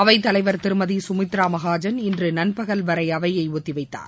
அவைத் தலைவர் திருமதி கமித்ரா மகாஜன் இன்று நண்பகல் வரை அவையை ஒத்திவைத்தார்